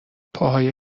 پاهای